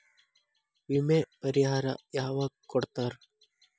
ವಿಮೆ ಪರಿಹಾರ ಯಾವಾಗ್ ಕೊಡ್ತಾರ?